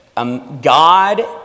God